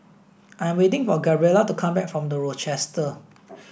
I'm waiting for Gabriela to come back from The Rochester